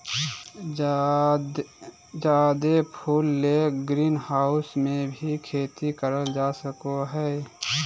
जादे फूल ले ग्रीनहाऊस मे भी खेती करल जा सको हय